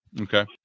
Okay